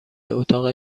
اتاق